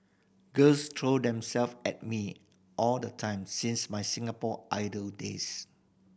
girls throw themselves at me all the time since my Singapore Idol days